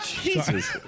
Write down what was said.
Jesus